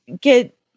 get